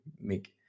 make